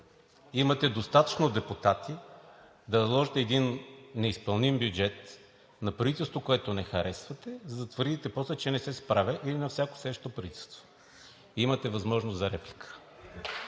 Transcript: имате достатъчно депутати да наложите един неизпълним бюджет на правителство, което не харесвате, за да твърдите после, че не се справя, или на всяко следващо правителство. Имате възможност за реплика.